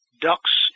ducks